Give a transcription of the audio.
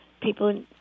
people